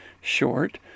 short